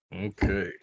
Okay